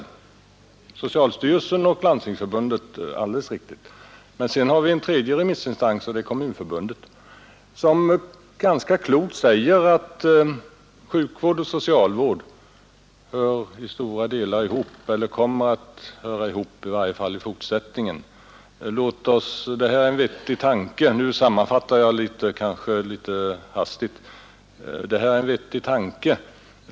Han nämnde socialstyrelsen och Landstingsförbundet, men sedan har vi en tredje remissinstans och det är Kommunförbundet, som ganska klokt säger att sjukvården och socialvården hör i stora delar ihop, eller kommer att höra ihop i varje fall i fortsättningen. Kommunförbundet sade — om jag får göra en hastig sammanfattning — ungefär som så att detta är en vettig tanke.